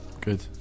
Good